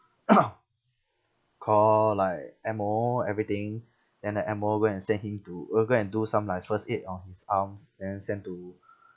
call like M_O everything then the M_O go and send him to uh go and do some like first aid on his arms then send to